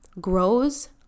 grows